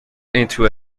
into